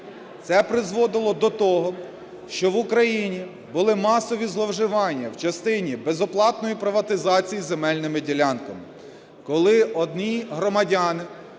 Це призводило до того, що в Україні були масові зловживання в частині безоплатної приватизації земельними ділянками, коли одні громадяни